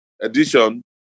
edition